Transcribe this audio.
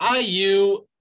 IU